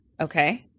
Okay